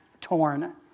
torn